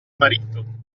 marito